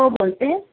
हो बोलते